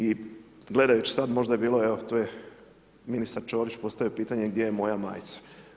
I gledajući sada, možda je bilo, evo tu je ministar Ćorić postavio pitanje gdje je moja majica?